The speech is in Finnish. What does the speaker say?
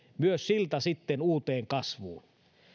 myös sillan sitten uuteen kasvuun